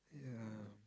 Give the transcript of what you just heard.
ya